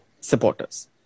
supporters